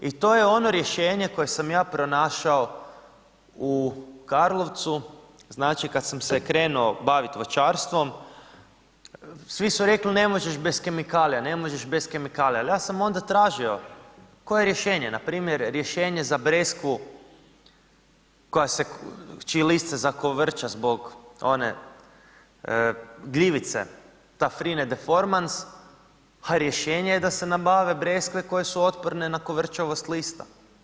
I to je ono rješenje koje sam ja pronašao u Karlovcu, znači kad sam se krenuo baviti voćarstvom, svi su rekli ne možeš bez kemikalija, ne možeš bez kemikalija, ali ja sam onda tražio, koje je rješenje, npr. rješenje za breskvu koja se, čiji list se zakovrča zbog one gljivice Taphrine deformans, a rješenje je da se nabave breskve koje su otporne na kovrčavost lista.